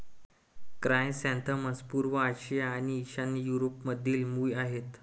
chrysanthemums पूर्व आशिया आणि ईशान्य युरोपमधील मूळ आहेत